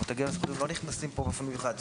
המותגים הסגורים לא נכנסים כאן באופן מיוחד.